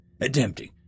attempting